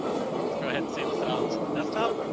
alright. let's go ahead and save this album to the desktop.